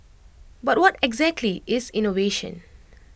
but what exactly is innovation